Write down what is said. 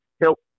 help